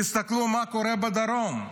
תסתכלו מה קורה בדרום: